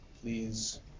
please